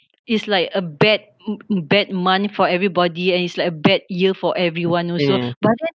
it's like a bad bad month for everybody and it's like a bad year for everyone also but then